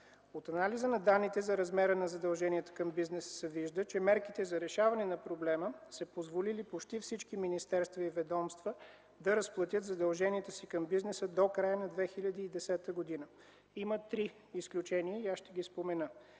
От анализа на данните за размера на задълженията към бизнеса се вижда, че мерките за решаване на проблема са позволили почти всички министерства и ведомства да разплатят задълженията си към бизнеса до края на 2010 г. Има три изключения и аз ще ги спомена.